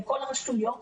לכל הרשויות,